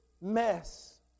mess